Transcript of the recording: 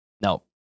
No